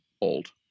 old